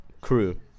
crew